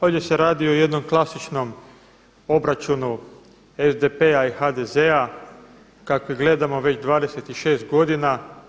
Ovdje se radi o jednom klasičnom obračunu SDP-a i HDZ-a kakve gledamo već 26 godina.